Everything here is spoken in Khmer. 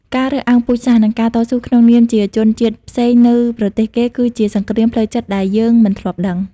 ការរើសអើងពូជសាសន៍ និងការតស៊ូក្នុងនាមជាជនជាតិផ្សេងនៅប្រទេសគេ គឺជាសង្គ្រាមផ្លូវចិត្តដែលយើងមិនធ្លាប់ដឹង។